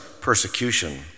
persecution